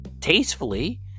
tastefully